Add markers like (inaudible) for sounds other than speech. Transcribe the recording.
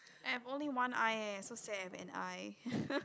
I have only one eye eh so sad I have an eye (laughs)